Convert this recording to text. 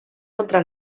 contra